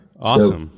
Awesome